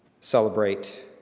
celebrate